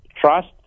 trust